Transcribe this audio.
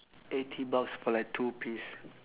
eighty bucks for like two piece